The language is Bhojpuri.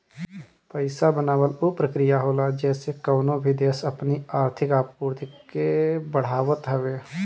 पईसा बनावल उ प्रक्रिया होला जेसे कवनो भी देस अपनी आर्थिक आपूर्ति के बढ़ावत हवे